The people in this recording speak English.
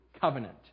Covenant